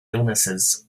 illnesses